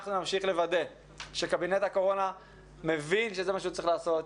אנחנו נמשיך לוודא שקבינט הקורונה מבין שזה מה שהוא צריך לעשות,